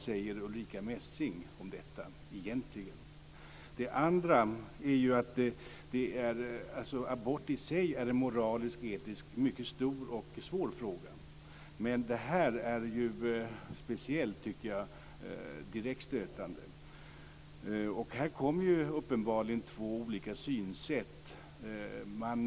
Abort är vidare i sig en mycket stor och svår moralisk-etisk fråga, men det här tycker jag är direkt stötande. Här kommer uppenbarligen två olika synsätt fram.